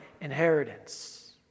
inheritance